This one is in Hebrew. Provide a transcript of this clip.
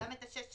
גם את השש שנים,